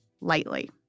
lightly